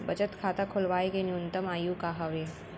बचत खाता खोलवाय के न्यूनतम आयु का हवे?